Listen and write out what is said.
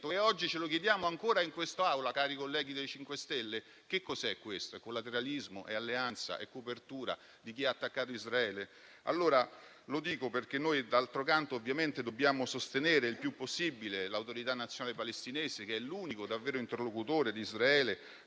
Oggi ce lo chiediamo ancora in quest'Aula, cari colleghi del MoVimento 5 Stelle? Che cos'è questo? È collateralismo, è alleanza, è copertura di chi ha attaccato Israele? Lo dico perché noi, d'altro canto, ovviamente dobbiamo sostenere il più possibile l'Autorità nazionale palestinese, che è l'unico vero interlocutore di Israele,